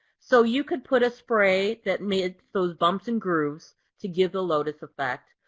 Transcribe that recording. so you could put a spray that made those bumps and grooves to give the lotus effect,